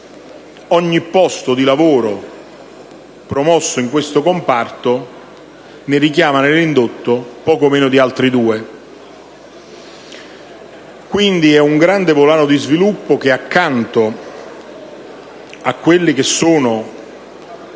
Ogni posto di lavoro promosso in questo comparto ne richiama nell'indotto poco meno di altri due. Quindi, la cultura è un grande volano di sviluppo che, accanto a quelli che sono